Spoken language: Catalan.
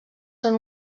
són